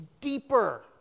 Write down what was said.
deeper